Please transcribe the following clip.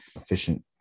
efficient